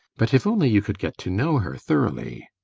but if only you could get to know her thoroughly!